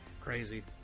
crazy